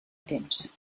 temps